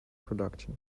production